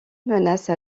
menace